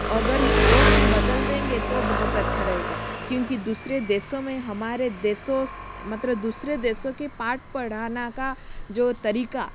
अगर ओ हम बदल देंगे तो बहुत अच्छा रहेगा क्योंकि दूसरे देशों में हमारे देशों मतलब दूसरे देशों के पाठ पढ़ाना का जो तरीका